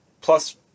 plus